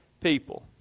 people